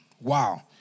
Wow